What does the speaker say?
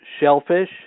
Shellfish